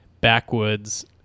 backwoods